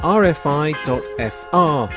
rfi.fr